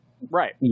Right